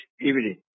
evening